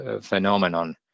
phenomenon